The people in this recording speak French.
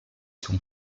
son